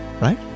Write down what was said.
right